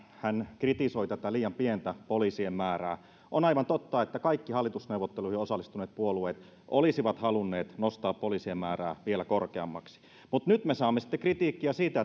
hän kritisoi tätä liian pientä poliisien määrää on aivan totta että kaikki hallitusneuvotteluihin osallistuneet puolueet olisivat halunneet nostaa poliisien määrää vielä korkeammaksi nyt me saamme sitten kritiikkiä siitä